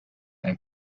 and